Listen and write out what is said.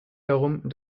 darum